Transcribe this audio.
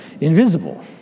invisible